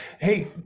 Hey